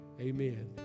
Amen